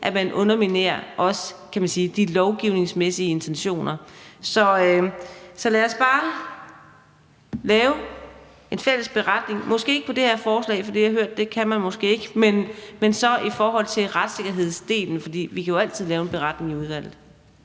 om man underminerer de lovgivningsmæssige intentioner. Så lad os bare lave en fælles beretning, måske ikke på det her forslag, for det har jeg hørt at man måske ikke kan, men så om retssikkerhedsdelen. For vi kan jo altid lave en beretning i udvalget.